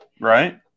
right